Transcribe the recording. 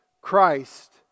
Christ